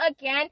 again